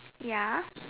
ya